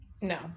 No